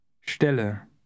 Stelle